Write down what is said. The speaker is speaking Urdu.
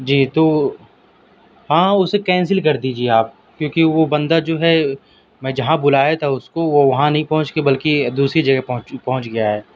جی تو ہاں اسے کینسل کر دیجئے آپ کیونکہ وہ بندا جو ہے میں جہاں بلایا تھا اس کو وہ وہاں نہیں پہنچ کے بلکہ دوسری جگہ پہنچ پہنچ گیا ہے